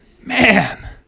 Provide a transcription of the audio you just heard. Man